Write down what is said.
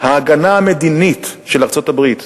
ההגנה המדינית של ארצות-הברית.